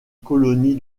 colonie